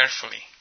carefully